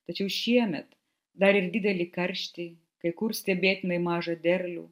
tačiau šiemet dar ir didelį karštį kai kur stebėtinai mažą derlių